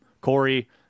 Corey